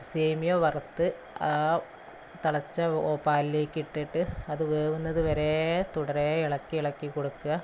സേമിയ വറുത്ത് ആ തിളച്ച പാലിലേക്കിട്ടിട്ട് അത് വേവുന്നതുവരേ തുടരേ ഇളക്കിയിളക്കി കൊടുക്കുക